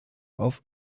auf